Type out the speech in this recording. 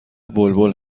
بلبل